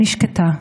אני שקטה.